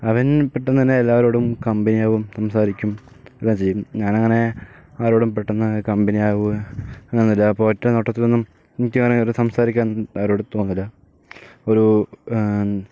അവൻ പെട്ടെന്നുതന്നെ എല്ലാവരോടും കമ്പനിയാവും സംസാരിക്കും എല്ലാം ചെയ്യും ഞാനങ്ങനെ ആരോടും പെട്ടെന്ന് കമ്പനിയാവുക ഒന്നൂല്ല അപ്പോൾ ഒറ്റ നോട്ടത്തിലൊന്നും എനിക്കങ്ങനെ സംസാരിക്കാനൊന്നും ആരോടും തോന്നൂല ഒരു